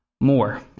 more